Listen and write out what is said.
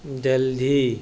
Delhi